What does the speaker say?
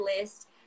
list